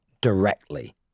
directly